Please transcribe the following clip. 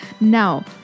Now